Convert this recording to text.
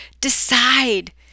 Decide